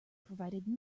provided